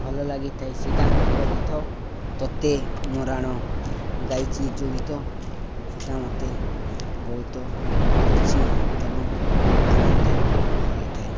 ଭଲ ଲାଗିଥାଏ ସିଦ୍ଧାର୍ଥଙ୍କ ଗୀତ ତୋତେ ମୋ ରାଣ ଗାଇଛି ଯୋଉ ଗୀତ ସେଟା ମୋତେ ବହୁତ ଖୁସି ଏବଂ ଆନନ୍ଦ ଲାଗିଥାଏ